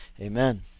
Amen